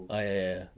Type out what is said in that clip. ah ya ya